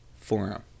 Forum